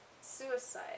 suicide